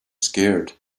scared